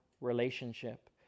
relationship